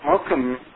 Welcome